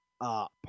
up